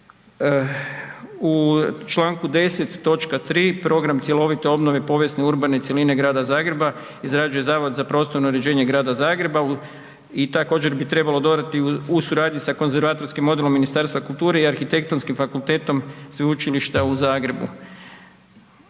točka 3. „Program cjelovite obnove povijesne urbane cjeline Grada Zagreba izrađuje Zavod za prostorno uređenje Grada Zagreba i također bi trebalo dodati u u suradnji sa Konzervatorskim odjelom Ministarstva kulture i Arhitektonskim fakultetom Sveučilišta u Zagrebu.“